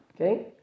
Okay